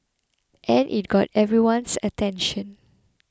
and it got everyone's attention